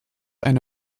eine